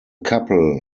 couple